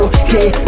okay